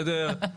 בסדר?